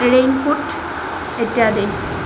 raincoat ইত্যাদি